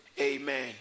Amen